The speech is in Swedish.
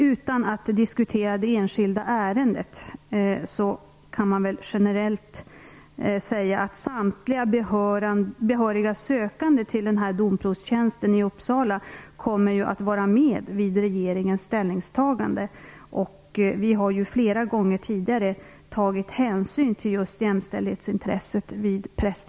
Utan att diskutera ett enskilt ärende kan jag generellt säga att samtliga behöriga sökande till domprosttjänsten i Uppsala kommer att vara med vid regeringens ställningstagande. Vi har ju flera gånger tidigare vid prästtillsättningar tagit hänsyn till just jämställdhetsintresset.